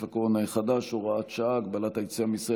הקורונה החדש (הוראת שעה) (הגבלת היציאה מישראל),